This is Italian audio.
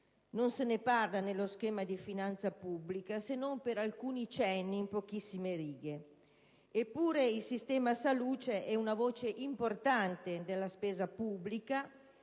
Non se ne parla nello schema di Decisione di finanza pubblica, se non per alcuni cenni in pochissime righe. Eppure, il sistema salute è una voce importante della spesa pubblica.